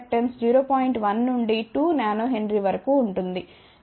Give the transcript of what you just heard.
1 నుండి 2 nH వరకు ఉంటుంది